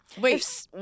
Wait